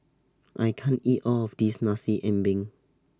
I can't eat All of This Nasi Ambeng